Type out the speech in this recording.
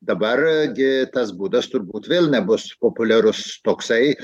dabar gi tas būdas turbūt vėl nebus populiarus toksai